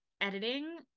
editing